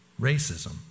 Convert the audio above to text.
racism